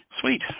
Sweet